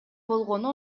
болгону